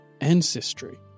Ancestry